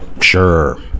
sure